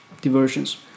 diversions